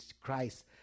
Christ